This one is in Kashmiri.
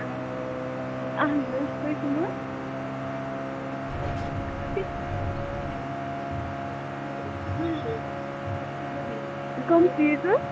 اَہَن حظ تۄہہِ کٕم حظ کُٕ چیٖز حظ